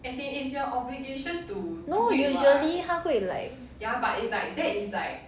no usually 它会 like